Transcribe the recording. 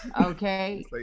okay